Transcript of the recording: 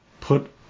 put